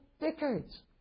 decades